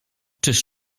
czyż